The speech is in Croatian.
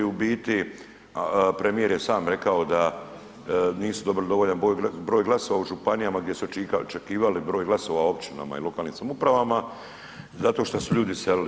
U biti premijer je sam rekao da nisu dobili dovoljan broj glasova u županijama gdje su očekivali, broj glasova u općinama i lokalnim samoupravama zato što su ljudi iselili.